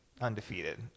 undefeated